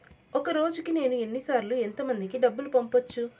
ఒక రోజుకి నేను ఎన్ని సార్లు ఎంత మందికి డబ్బులు పంపొచ్చు?